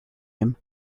him